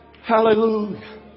Hallelujah